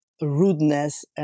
rudeness